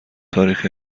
تاریخ